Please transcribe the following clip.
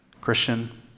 Christian